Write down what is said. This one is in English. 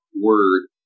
word